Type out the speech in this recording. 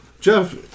Jeff